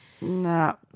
No